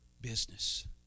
business